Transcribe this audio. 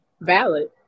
valid